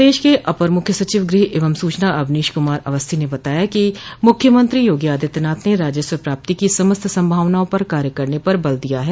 प्रदेश के अपर मुख्य सचिव गृह एवं सूचना अवनीश कुमार अवस्थी ने बताया कि मुख्यमंत्री योगी आदित्यनाथ ने राजस्व प्राप्ति की समस्त सम्भावनाओं पर कार्य करने पर बल दिया है